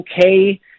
okay